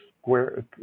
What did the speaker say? square